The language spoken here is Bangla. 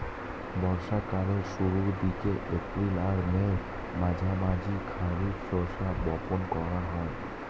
বর্ষা কালের শুরুর দিকে, এপ্রিল আর মের মাঝামাঝি খারিফ শস্য বপন করা হয়